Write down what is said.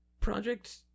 project